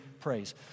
praise